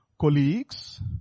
Colleagues